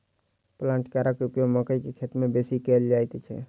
प्लांटरक उपयोग मकइ के खेती मे बेसी कयल जाइत छै